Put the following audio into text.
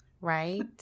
Right